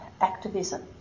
activism